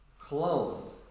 clones